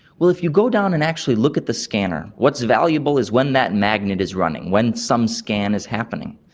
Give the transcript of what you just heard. well, if you go down and actually look at the scanner, what's valuable is when that magnet is running, when some scan is happening,